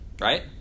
right